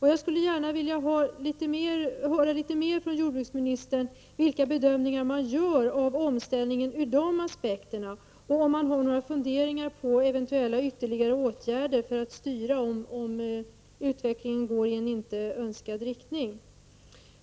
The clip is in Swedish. Jag skulle gärna vilja höra litet mer från jordbruksministern vilka bedömningar man gör av omställningen ur de aspekterna och om han har några funderingar på eventuella ytterligare åtgärder för att styra, om utvecklingen går i en inte önskad riktning.